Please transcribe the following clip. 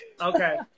Okay